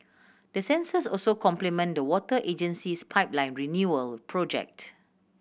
the sensors also complement the water agency's pipeline renewal project